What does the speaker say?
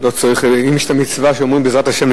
אם יש המצווה שאומרים "בעזרת השם",